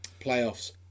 playoffs